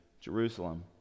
Jerusalem